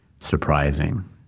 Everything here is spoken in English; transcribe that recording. surprising